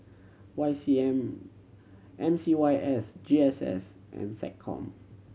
Y C M M C Y S G S S and SecCom